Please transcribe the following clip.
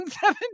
seven